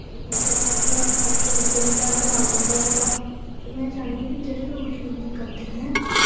पुट्ठे कम्म ध्यान उद्धर उद्धर उं'दा दमाक जंदा रौंह्दा ते में चाह्न्नी आं कि जेह्ड़े लोग डिग्रियां करदे न